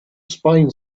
spain